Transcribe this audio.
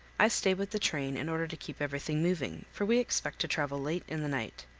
i stay with the train in order to keep everything moving, for we expect to travel late in the night.